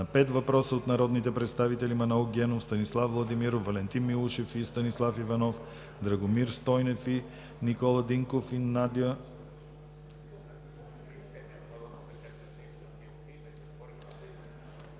на пет въпроса от народните представители Манол Генов, Станислав Владимиров, Валентин Милушев, Станислав Иванов, Драгомир Стойнев, Никола Динков, Надя